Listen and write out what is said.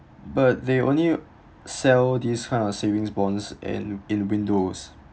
but they only sell this kind of savings bonds in in windows